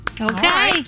Okay